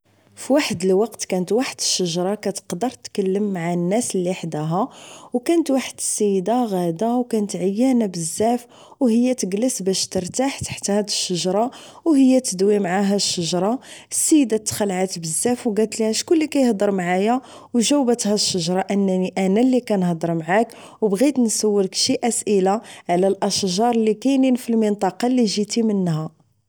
فواحد الوقت كانت واحد الشجرة كتقدر تكلم مع الناس اللي حداها و كانت واحد السيدة غدا و كانت عيانة بزاف و هي تكلس باش ترتاح تحت هاد الشجرة و هي تدوي معاها الشجرة السيدة تخلعات بزاف و كالتليها شكون اللي كيهضر معايا و جاوباتها الشجرة انني انا اللي كنهضر معاك و بغيت نسولك شي اسئلة على الاشجار اللي كاينين بالمنطقة اللي جيتي منها